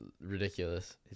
ridiculous